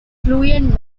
fluent